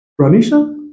Ranisha